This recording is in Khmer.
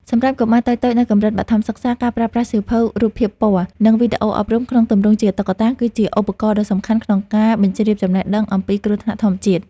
សម្រាប់កុមារតូចៗនៅកម្រិតបឋមសិក្សា ការប្រើប្រាស់សៀវភៅរូបភាពពណ៌ និងវីដេអូអប់រំក្នុងទម្រង់ជាតុក្កតា គឺជាឧបករណ៍ដ៏សំខាន់ក្នុងការបញ្ជ្រាបចំណេះដឹងអំពីគ្រោះថ្នាក់ធម្មជាតិ។